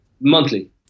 Monthly